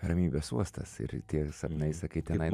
ramybės uostas ir tie sapnai sakai tenai